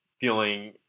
feeling